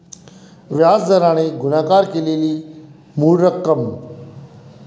व्याज दराने गुणाकार केलेली मूळ रक्कम